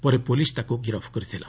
ପରେ ପୁଲିସ୍ ତାକୁ ଗିରଫ କରିଥିଲା